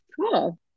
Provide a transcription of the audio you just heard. Cool